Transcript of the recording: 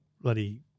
bloody